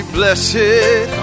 blessed